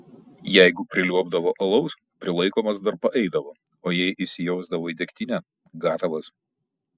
jeigu priliuobdavo alaus prilaikomas dar paeidavo o jei įsijausdavo į degtinę gatavas